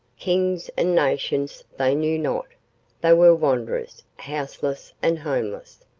kings and nations they knew not they were wanderers, houseless and homeless.